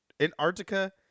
Antarctica